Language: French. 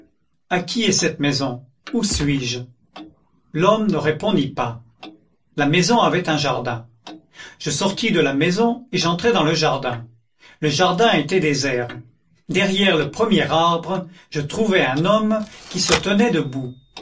qui est cette maison où suis-je l'homme ne répondit pas la maison avait un jardin je sortis de la maison et j'entrai dans le jardin le jardin était désert derrière le premier arbre je trouvai un homme qui se tenait debout